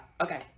Okay